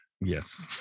Yes